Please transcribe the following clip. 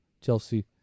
Chelsea